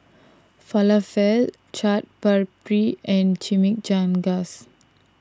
Falafel Chaat Papri and Chimichangas